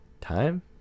Time